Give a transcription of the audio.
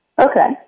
Okay